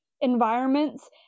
environments